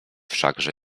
wszakże